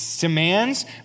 demands